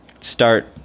start